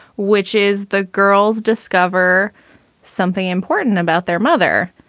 which is the girls discover something important about their mother,